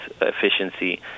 efficiency